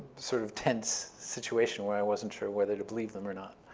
sort of tense situation where i wasn't sure whether to believe them or not.